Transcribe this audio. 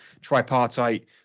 tripartite